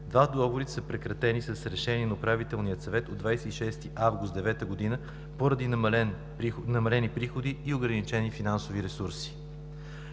Два от договорите са прекратени с Решение на Управителния съвет от 26 август 2009 г. поради намалени приходи и ограничени финансови ресурси.